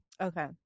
Okay